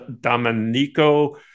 Domenico